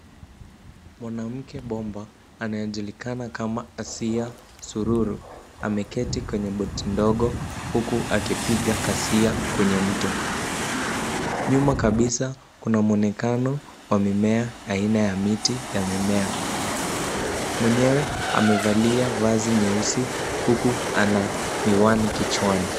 Mwanamke bomba, anayejulikana kama Asiya Sururu, ameketi kwenye boti ndogo huku akipiga kasia kwenye mto. Nyuma kabisa kuna mwonekano wa mimea aina ya miti yamemea. Mwenyewe amevalia vazi nyeusi huku ana miwani kichwani.